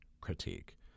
critique